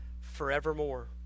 forevermore